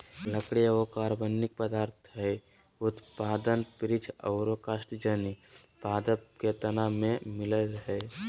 लकड़ी एगो कार्बनिक पदार्थ हई, उत्पादन वृक्ष आरो कास्टजन्य पादप के तना में मिलअ हई